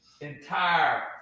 entire